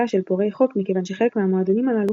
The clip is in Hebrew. של "פורעי חוק" מכיוון שחלק מהמועדונים הללו,